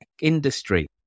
industry